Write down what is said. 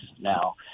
now